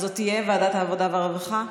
אז זו תהיה ועדת העבודה והרווחה?